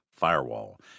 firewall